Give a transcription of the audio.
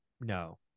No